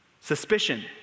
Suspicion